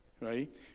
Right